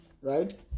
Right